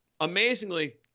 amazingly